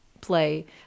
play